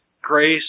Grace